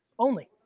only.